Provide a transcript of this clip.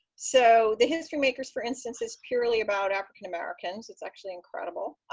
so the history makers, for instance, is purely about african-americans. it's actually incredible.